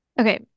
Okay